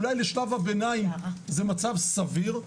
אולי לשלב הביניים זה מצב סביר,